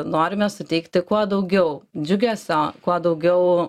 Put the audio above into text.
norime suteikti kuo daugiau džiugesio kuo daugiau